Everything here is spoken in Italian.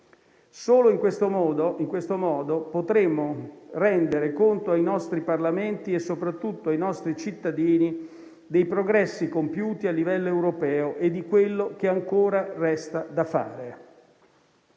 Solo in questo modo potremo rendere conto ai nostri Parlamenti e soprattutto ai nostri cittadini dei progressi compiuti a livello europeo e di quello che ancora resta da fare.